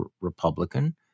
Republican